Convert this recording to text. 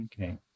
okay